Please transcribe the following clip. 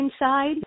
inside